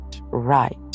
right